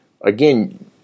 again